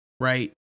Right